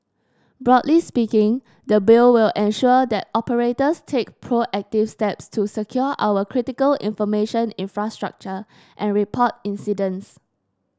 broadly speaking the Bill will ensure that operators take proactive steps to secure our critical information infrastructure and report incidents